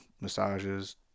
massages